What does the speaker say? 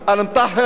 אל-מטהר,